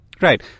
Right